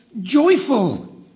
joyful